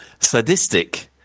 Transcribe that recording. Sadistic